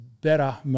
better